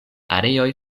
areoj